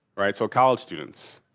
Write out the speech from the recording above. right, so college students,